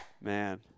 Man